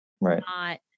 Right